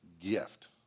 gift